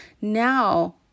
now